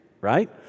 right